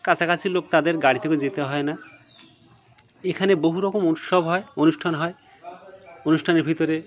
কাছাকাছি লোক তাদের গাড়িতে করে যেতে হয় না এখানে বহু রকম উৎসব হয় অনুষ্ঠান হয় অনুষ্ঠানের ভিতরে